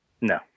No